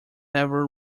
ever